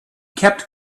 kept